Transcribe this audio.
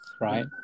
right